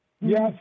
Yes